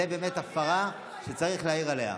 זו באמת הפרה שצריך להעיר עליה.